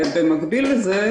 במקביל לזה,